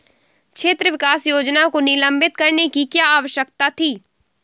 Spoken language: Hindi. क्षेत्र विकास योजना को निलंबित करने की क्या आवश्यकता थी?